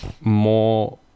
More